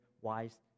wise